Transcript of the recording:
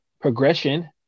progression